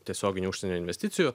tiesioginių užsienio investicijų